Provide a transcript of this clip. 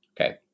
okay